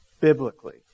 biblically